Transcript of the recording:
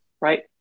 right